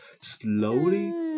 slowly